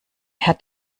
herr